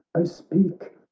oh speak!